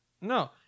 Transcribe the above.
no